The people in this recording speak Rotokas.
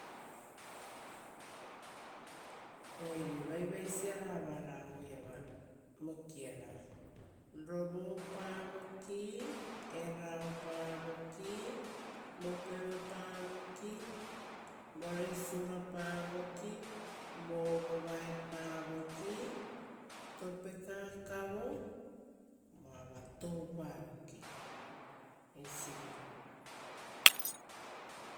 Oire vaivaisiara vara aueiava vokiara: rovopa voki eraopa voki vopevapa voki voresiurapa voki vovavaepa voki topekakavo toupa voki eisivi